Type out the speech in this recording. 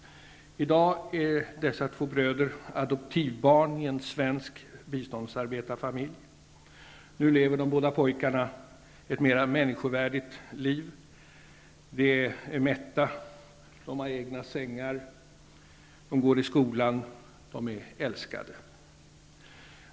I dag är dessa två bröder adoptivbarn i en svensk biståndsarbetarfamilj. Nu lever de båda pojkarna ett mera människovärdigt liv. De är mätta, har egna sängar, går i skolan och är älskade.